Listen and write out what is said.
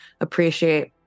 appreciate